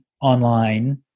online